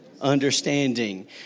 Understanding